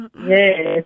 Yes